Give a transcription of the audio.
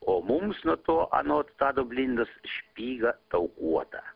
o mums nuo to anot tado blindos špygą taukuotą